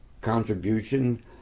contribution